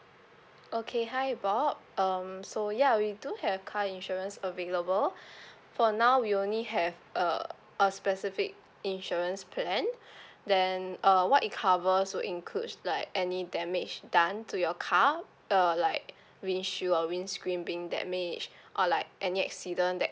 okay hi bob um so ya we do have car insurance available for now we only have uh a specific insurance plan then uh what it covers will include like any damage done to your car uh like windshield or windscreen being damaged or like any accident that